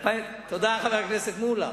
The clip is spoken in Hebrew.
תודה, חבר הכנסת מולה.